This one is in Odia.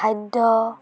ଖାଦ୍ୟ